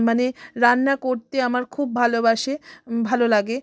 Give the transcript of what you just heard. মানে রান্না করতে আমার খুব ভালোবাসে ভালো লাগে